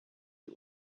die